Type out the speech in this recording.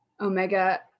Omega